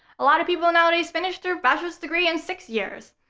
a lot of people, nowadays, finish their bachelor's degree in six years.